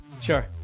sure